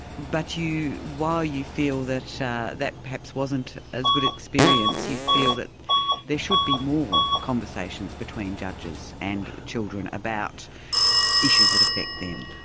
you. while you feel that yeah that perhaps wasn't as good experience, you feel that there should be more conversations between judges and children about issues that affect them?